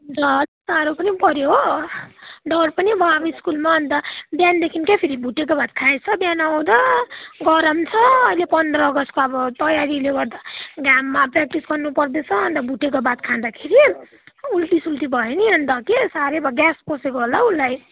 झन् साह्रो पनि पर्यो हो डर पनि भयो अब स्कुलमा अन्त बिहानदेखिकै फेरि भुटेको भात खाएछ बिहान आउँदा गरम छ अहिले पन्ध्र अगस्तको अब तयारीले गर्दा घाममा प्र्याक्टिस गर्नु पर्दैछ अन्त भुटेको भात खाँदाखेरि उल्टी सुल्टी भयो नि अन्त कि साह्रै भयो ग्यास पसेको होला हौ उसलाई